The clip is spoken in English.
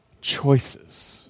Choices